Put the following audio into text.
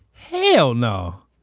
hell no,